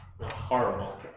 Horrible